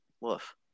Woof